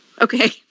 Okay